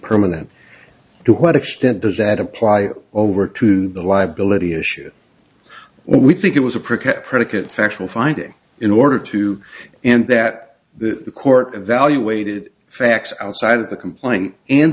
permanent to what extent does that apply over to the liability issue we think it was a prick a predicate factual finding in order to and that the court evaluated facts outside of the complaint and